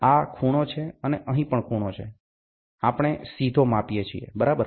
આ ખૂણો છે અને અહીં પણ ખૂણો છે આપણે સીધો માપીએ છીએ બરાબર